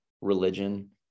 religion